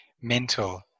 mental